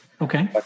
Okay